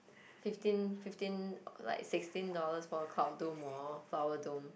fifteen fifteen like sixteen dollars for a cloud dome hor for a flower dome